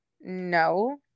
no